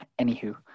Anywho